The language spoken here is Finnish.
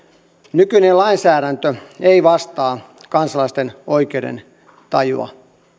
nykyinen lainsäädäntö ei vastaa kansalaisten oikeudentajua